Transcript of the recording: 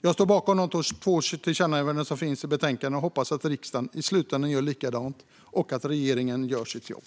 Jag står bakom de två tillkännagivandena i betänkandet och hoppas att riksdagen i slutänden gör likadant och att regeringen gör sitt jobb.